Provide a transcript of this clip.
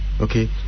okay